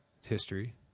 history